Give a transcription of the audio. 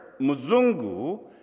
Muzungu